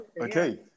Okay